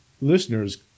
listeners